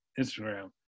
Instagram